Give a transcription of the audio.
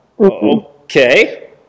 okay